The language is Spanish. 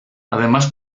además